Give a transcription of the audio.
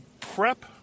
prep